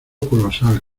colosal